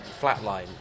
flatline